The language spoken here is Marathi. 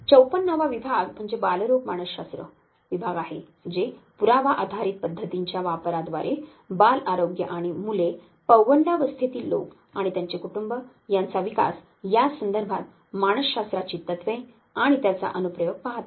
54 वा विभाग म्हणजे बालरोग मानसशास्त्र विभाग आहे जे पुरावा आधारित पद्धतींच्या वापराद्वारे बाल आरोग्य आणि मुले पौगंडावस्थेतील लोक आणि त्यांचे कुटुंब यांचा विकास या संदर्भात मानसशास्त्राची तत्त्वे आणि त्याचा अनुप्रयोग पाहतात